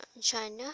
China